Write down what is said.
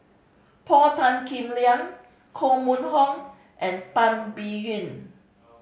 Paul Tan Kim Liang Koh Mun Hong and Tan Biyun